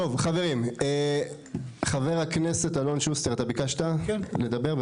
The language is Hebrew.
טוב חברים, חבר הכנסת אלון שוסטר, אתה ביקשת לדבר.